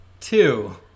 two